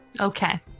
Okay